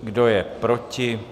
Kdo je proti?